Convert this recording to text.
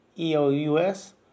E-O-U-S